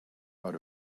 out